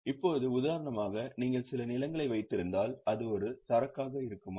இப்போது உதாரணமாக நீங்கள் சில நிலங்களை வைத்திருந்தால் அது ஒரு சரக்காக இருக்குமா